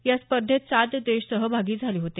या स्पर्धेत सात देश सहभागी झाले होते